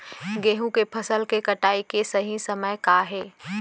गेहूँ के फसल के कटाई के सही समय का हे?